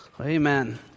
amen